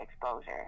exposure